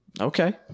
Okay